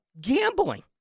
gambling